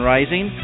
Rising